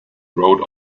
wrote